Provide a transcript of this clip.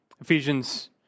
Ephesians